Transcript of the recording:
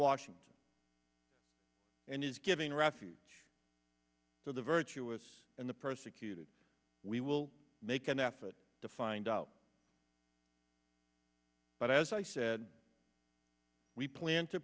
washington and is giving refuge to the virtuous and the persecuted we will make an effort to find out but as i said we plan to